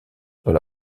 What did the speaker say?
dans